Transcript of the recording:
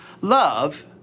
Love